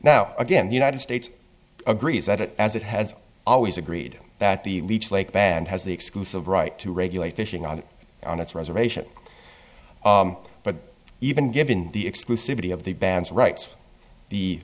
now again the united states agrees that it as it has always agreed that the leech lake band has the exclusive right to regulate fishing on on its reservation but even given the exclusivity of the bands rights the